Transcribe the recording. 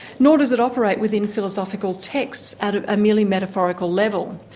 nor does it operate within philosophical texts at a merely metaphorical level.